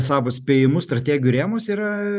savo spėjimus strategijų rėmuose yra